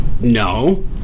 No